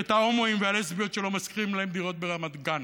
ואת ההומואים והלסביות שלא משכירים להם דירות ברמת גן.